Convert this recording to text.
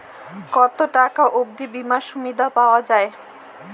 কত টাকা অবধি বিমার সুবিধা পাওয়া য়ায়?